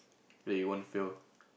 that you won't fail